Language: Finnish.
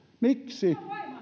miksi